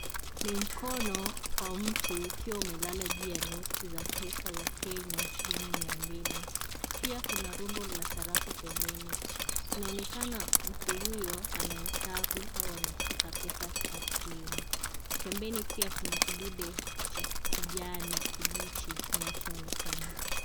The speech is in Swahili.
Ni ni mkono wa mtu ukiwa umelala juu ya noti za pesa za Kenya ya shilingi mia mbili. Pia kuna rundo la sarafu pembeni. Inaonekana mtu huyo anaesabu au anashika pesa taslimu. Pembeni pia kuna kidude cha kijani kibichi kinachoonekana.